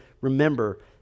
remember